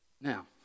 Now